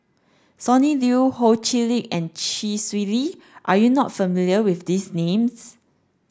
Sonny Liew Ho Chee Lick and Chee Swee Lee are you not familiar with these names